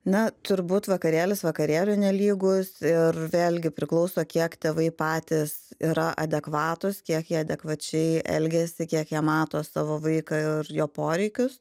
na turbūt vakarėlis vakarėliui nelygus ir vėlgi priklauso kiek tėvai patys yra adekvatūs kiek jie adekvačiai elgiasi kiek jie mato savo vaiką ir jo poreikius